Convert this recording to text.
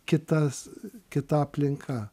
kitas kita aplinka